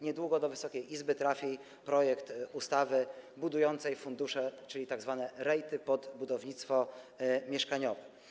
Niedługo do Wysokiej Izby trafi projekt ustawy budującej fundusze, czyli tzw. REIT-y, pod budownictwo mieszkaniowe.